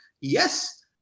Yes